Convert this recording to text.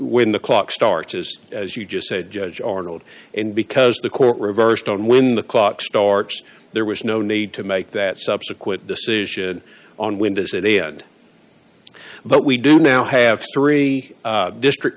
when the clock starts is as you just said judge arnold and because the court reversed on when the clock starts there was no need to make that subsequent decision on when does it end but we do now have three district